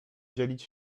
dzielić